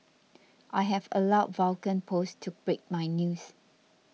I have allowed Vulcan post to break my news